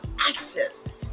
access